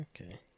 okay